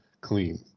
clean